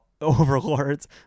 overlords